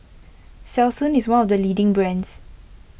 Selsun is one of the leading brands